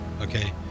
Okay